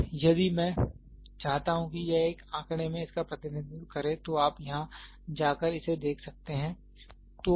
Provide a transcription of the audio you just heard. अब यदि मैं चाहता हूं कि यह एक आंकड़े में इसका प्रतिनिधित्व करे तो आप यहां जाकर इसे देख सकते हैं